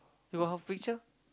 you got her picture